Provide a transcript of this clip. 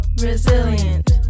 resilient